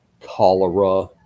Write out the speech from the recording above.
cholera